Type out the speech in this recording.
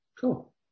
cool